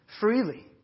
freely